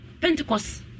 Pentecost